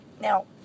Now